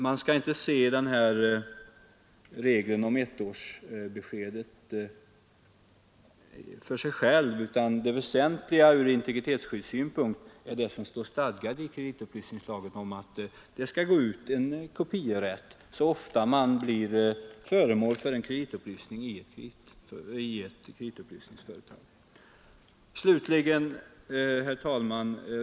Man skall alltså inte se regeln om ettårsbeskedet separat, utan det väsentliga ur integritetssynpunkt är det som står stadgat i kreditupplysningslagen om att det skall gå ut en underrättelse så fort man blir föremål för en kreditupplysning i ett kreditupplysningsföretag.